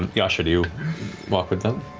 yasha, do you walk with them?